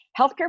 healthcare